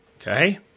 Okay